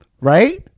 Right